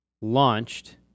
launched